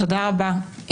תודה רבה.